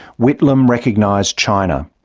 whitlam recognised china.